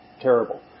terrible